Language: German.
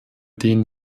den